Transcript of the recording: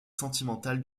sentimental